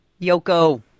Yoko